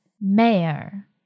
Mayor